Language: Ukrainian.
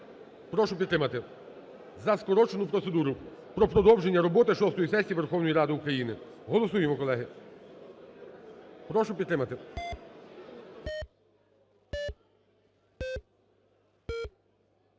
Прошу підтримати, за скорочену процедуру про продовження роботи шостої сесії Верховної Ради України. Голосуємо, колеги. Прошу підтримати.